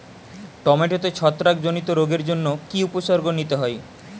টমেটোতে ছত্রাক জনিত রোগের জন্য কি উপসর্গ নিতে হয়?